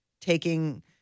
taking